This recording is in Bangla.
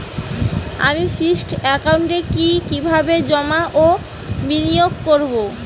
আমি ফিক্সড একাউন্টে কি কিভাবে জমা ও বিনিয়োগ করব?